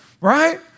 right